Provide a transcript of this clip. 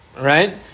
right